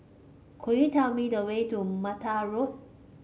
could you tell me the way to Mata Road